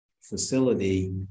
facility